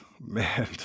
man